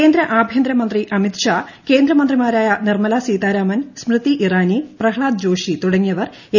കേന്ദ്ര ആഭ്യന്തരമന്ത്രി ് അമിത് ഷാ കേന്ദ്ര മന്ത്രിമാരായ നിർമ്മല സീതാരാമൻ സ്മൃതി ഇറാനി പ്രഹ്ലാദ് ജോഷി തുടങ്ങിയവർ എൻ